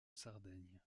sardaigne